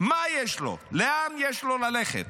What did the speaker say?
מה יש לו, לאן יש לו ללכת?